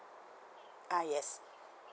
ah yes